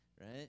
right